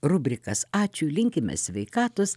rubrikas ačiū linkime sveikatos